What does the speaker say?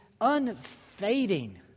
unfading